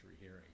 hearing